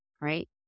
right